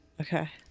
Okay